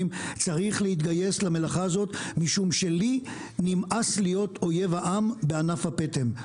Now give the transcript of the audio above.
צריך להתגייס למלאכה הזאת משום שלי נמאס להיות אויב העם בענף הפטם.